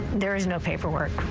there's no paperwork.